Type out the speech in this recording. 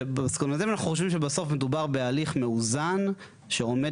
שבמסקנותיהם אנחנו חושבים שבסוף מדובר בהליך מאוזן שעומד